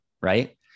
right